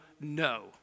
no